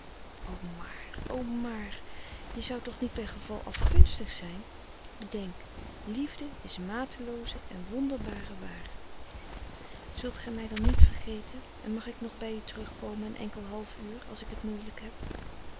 maar o maar je zou toch niet bij geval afgunstig zijn bedenk liefde is matelooze en wonderbare waar zult gij mij dan niet vergeten en mag ik nog bij u terug komen een enkel half uur als ik het moeielijk heb